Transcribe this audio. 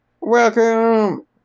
welcome